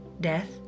Death